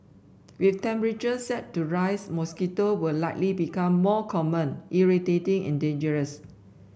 with temperatures set to rise mosquito will likely become more common irritating and dangerous